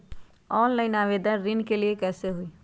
Online आवेदन ऋन के लिए कैसे हुई?